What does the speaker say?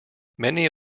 many